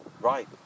right